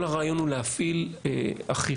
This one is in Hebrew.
כל הרעיון הוא להפעיל אכיפה,